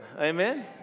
Amen